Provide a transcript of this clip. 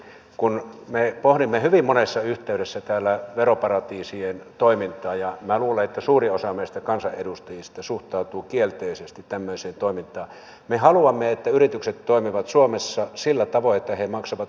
kun me pohdimme hyvin monessa yhteydessä täällä veroparatiisien toimintaa ja minä luulen että suurin osa meistä kansanedustajista suhtautuu kielteisesti tämmöiseen toimintaan me haluamme että yritykset toimivat suomessa sillä tavoin että he maksavat suomeen veron